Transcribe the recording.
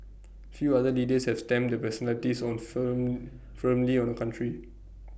few other leaders have stamped their personalities on firm firmly on A country